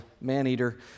Maneater